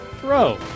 Throw